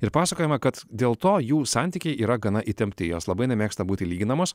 ir pasakojama kad dėl to jų santykiai yra gana įtempti jos labai nemėgsta būti lyginamos